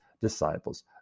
disciples